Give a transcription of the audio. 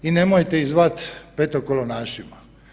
I nemojte ih zvati petokolonašima.